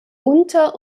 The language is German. unter